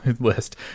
list